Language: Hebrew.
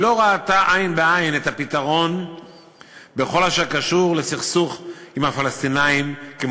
לא ראתה את הפתרון בכל הקשור לסכסוך עם הפלסטינים עין בעין,